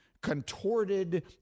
contorted